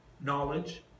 knowledge